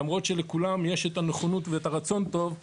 למרות שלכולם יש את הנכונות ואת הרצון הטוב,